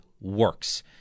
works